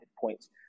points